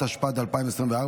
התשפ"ד 2024,